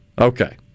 Okay